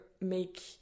make